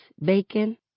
bacon